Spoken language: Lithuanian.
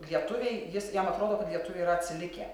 lietuviai jis jam atrodo kad lietuviai yra atsilikę